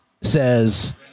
says